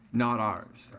not ours.